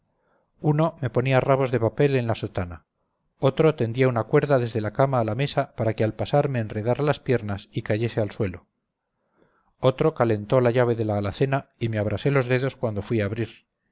uno me ponía rabos de papel en la sotana otro tendía una cuerda desde la cama a la mesa para que al pasar me enredara las piernas y cayese al suelo otro calentó la llave de la alacena y me abrasé los dedos cuando fui a abrir